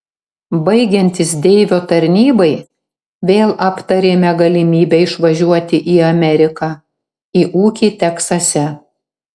baigiantis deivio tarnybai vėl aptarėme galimybę išvažiuoti į ameriką į ūkį teksase